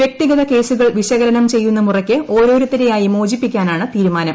വൃക്തിഗത കേസുകൾ വിശകലനം ചെയ്യുന്ന മുറയ്ക്ക് ഓരോരുത്തരെയായി മോചിപ്പിക്കാനാണ് തീരുമാനം